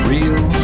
Real